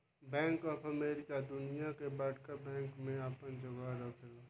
bank of America bank दुनिया के बड़का बैंक में आपन जगह रखेला